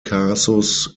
kasus